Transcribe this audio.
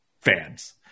fans